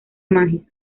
mágica